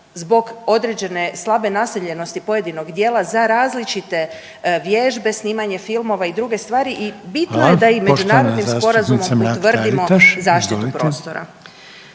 zbog određene slabe naseljenosti pojedinog dijela, za različite vježbe, snimanje filmova i druge stvari i bitno je da i međunarodnim sporazumom utvrdimo zaštitu prostora.